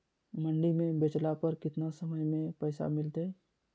मंडी में बेचला पर कितना समय में पैसा मिलतैय?